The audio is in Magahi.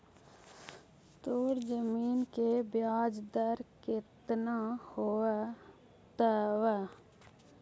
तोर जमीन के ब्याज दर केतना होतवऽ?